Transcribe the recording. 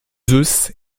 zeus